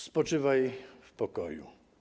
Spoczywaj w pokoju.